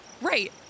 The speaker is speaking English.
Right